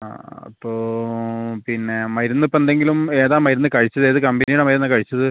ആ അപ്പോൾ പിന്നെ മരുന്ന് ഇപ്പം എന്തെങ്കിലും ഏതാണ് മരുന്ന് കഴിച്ചത് ഏത് കമ്പനിയുടെ മരുന്നാണ് കഴിച്ചത്